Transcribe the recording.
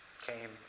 came